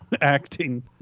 acting